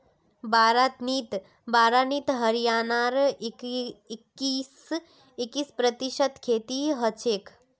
बारानीत हरियाणार इक्कीस प्रतिशत खेती हछेक